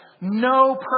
No